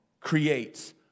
creates